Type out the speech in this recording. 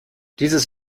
dieses